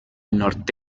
nord